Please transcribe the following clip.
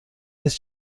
نیز